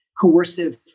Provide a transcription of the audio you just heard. coercive